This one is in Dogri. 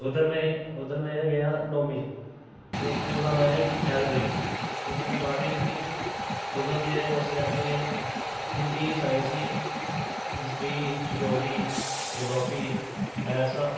उद्धर में उद्धर मैं गेआ नौमीं च उस स्कूल दा नांऽ ऐ एल ग्रीन उद्धर में बाह्रमीं कीती उद्धर मेरे कोल सब्जेक्ट हे हिंदी ही साईंस ही हिस्ट्री ही सोशलोलॉजी ही जग्रोफी ही मैथ्स हा